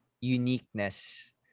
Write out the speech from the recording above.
uniqueness